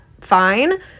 fine